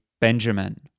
Benjamin